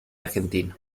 argentino